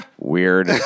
Weird